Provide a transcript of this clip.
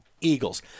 Eagles